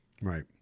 Right